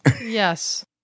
Yes